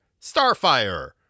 Starfire